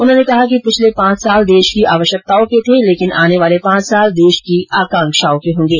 उन्होंने कहा कि पिछले पांच साल देश की आवश्यकताओं के थे लेकिन आने वाले पांच साल देश की आकांक्षाओं के होंगे